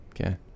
Okay